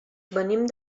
venim